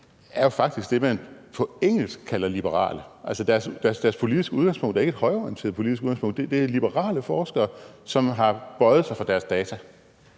Putnam faktisk er det, man på engelsk kalder liberale, altså at deres politiske udgangspunkt ikke er et højreorienteret politisk udgangspunkt, men at det er liberale forskere, som har bøjet sig for deres data.